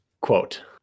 quote